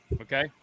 Okay